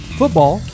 football